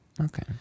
okay